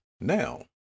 now